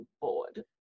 bored